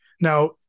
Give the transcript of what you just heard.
Now